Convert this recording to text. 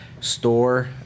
store